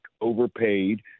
overpaid